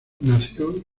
nació